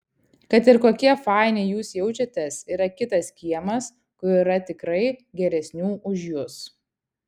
kad ir kokie faini jūs jaučiatės yra kitas kiemas kur yra tikrai geresnių už jus